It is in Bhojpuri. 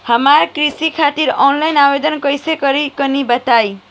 हम कृषि खातिर आनलाइन आवेदन कइसे करि तनि बताई?